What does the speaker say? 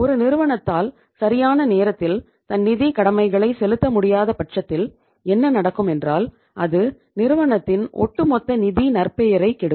ஒரு நிறுவனத்தால் சரியான நேரத்தில் தன் நிதி கடமைகளை செலுத்த முடியாத பட்சத்தில் என்ன நடக்கும் என்றால் அது நிறுவனத்தின் ஒட்டுமொத்த நிதி நற்பெயரைக் கெடுக்கும்